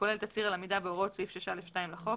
הכולל תצהיר על עמידה בהוראות סעיף 6א2 לחוק.